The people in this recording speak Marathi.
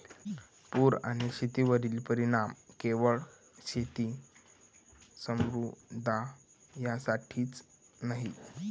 पूर आणि शेतीवरील परिणाम केवळ शेती समुदायासाठीच नाही